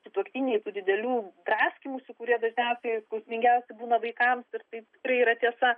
sutuoktiniai tų didelių draskymųsi kurie dažniausiai skausmingiausi būna vaikams ir taip tikrai yra tiesa